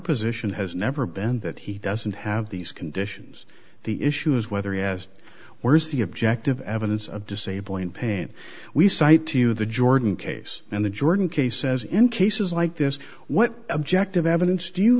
position has never been that he doesn't have these conditions the issue is whether he asked where is the objective evidence of disabling pain we cite to the jordan case and the jordan case says in cases like this what objective evidence do you